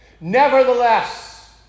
Nevertheless